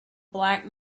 black